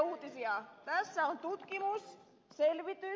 tässä on tutkimus selvitys